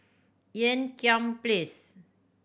Ean Kiam Place